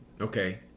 Okay